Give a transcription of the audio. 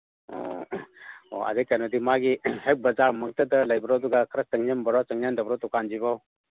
ꯑꯣ ꯑꯗꯩꯀꯩꯅꯣꯗꯤ ꯃꯥꯒꯤ ꯍꯦꯛ ꯕꯖꯥꯔꯃꯛꯇꯗ ꯂꯩꯕ꯭ꯔꯣ ꯑꯗꯨꯒ ꯈꯔ ꯆꯪꯁꯤꯟꯕ꯭ꯔꯣ ꯆꯪꯁꯤꯟꯗꯕ꯭ꯔꯣ ꯗꯨꯀꯥꯟꯁꯤꯕꯣ